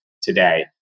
today